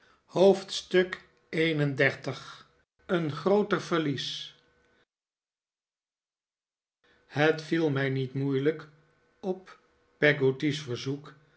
hoofdstuk xxxi een grooter verlies het viel mij niet moeilijk op peggotty's verzoek